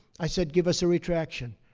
i said, give us a retraction.